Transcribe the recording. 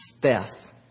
Death